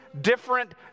different